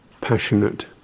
passionate